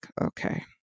okay